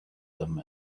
them